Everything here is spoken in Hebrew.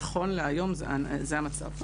נכון להיום זה המצב.